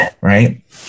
right